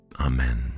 Amen